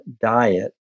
diet